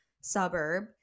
suburb